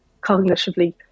cognitively